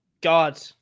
god